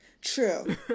True